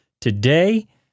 Today